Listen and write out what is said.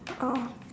oh